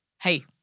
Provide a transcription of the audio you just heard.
Hey